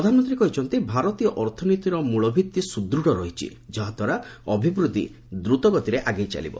ପ୍ରଧାନମନ୍ତ୍ରୀ କହିଛନ୍ତି ଭାରତୀୟ ଅର୍ଥନୀତିର ମୂଳଭିତ୍ତି ସୁଦୂଢ଼ ରହିଛି ଯାହାଦ୍ୱାରା ଅଭିବୃଦ୍ଧି ଦ୍ରୁତଗତିରେ ଆଗେଇ ଚାଲିବ